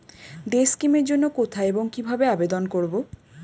Day scheme এর জন্য কোথায় এবং কিভাবে আবেদন করব?